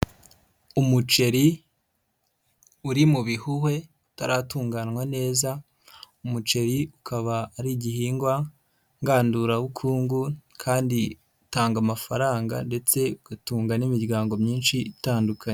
Umuceri uri mu bihuhwe utaratunganywa neza, umuceri ukaba ari igihingwa ngandurabukungu kandi utanga amafaranga ndetse igatunga n'imiryango myinshi itandukanye.